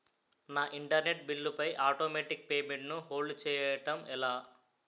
నా internet bill పై automatic payment ను హోల్డ్ చేయటం ఎలా?